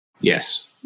Yes